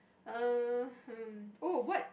err um oh what